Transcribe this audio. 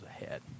ahead